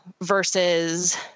versus